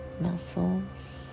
muscles